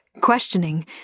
questioning